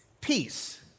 Peace